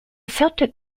celtic